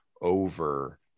over